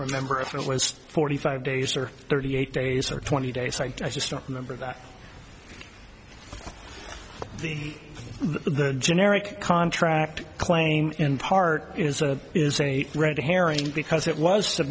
remember if it was forty five days or thirty eight days or twenty days i just don't remember that the the generic contract claim in part is a is a red herring because it was